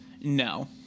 No